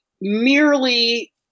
merely